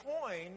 coin